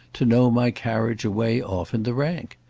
to know my carriage away off in the rank.